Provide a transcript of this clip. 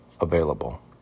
available